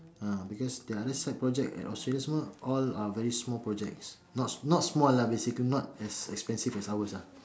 ah because the other side project at Australia is all are very small projects not not small lah basically not as expensive as ours lah